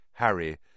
Harry